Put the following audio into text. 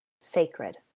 sacred